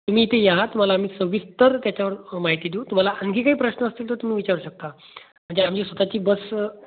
तुम्ही इथे या तुम्हाला आम्ही सविस्तर त्याच्यावर माहिती देऊ तुम्हाला आणखी काही प्रश्न असतील तर तुम्ही विचारू शकता म्हणजे आमची स्वतःची बस